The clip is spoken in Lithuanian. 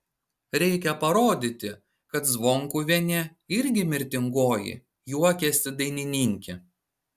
reikia parodyti kad zvonkuvienė irgi mirtingoji juokėsi dainininkė